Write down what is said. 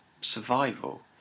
survival